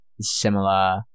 similar